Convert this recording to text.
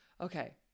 Okay